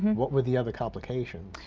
what were the other complications?